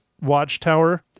watchtower